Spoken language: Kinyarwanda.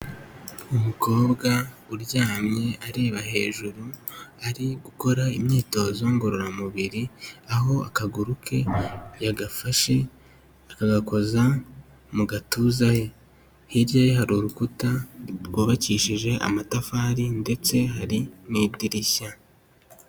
Umukobwa uryamye areba hejuru ari gukora imyitozo ngororamubiri, aho akaguru ke yagafashe agakoza mu gatuza he, hirya ye hari urukuta rwubakishije amatafari ndetse hari n'idirishya.